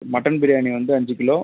mutton biryani வந்து அஞ்சு kilo